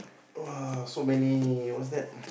!woah! so many what's that